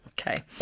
Okay